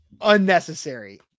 unnecessary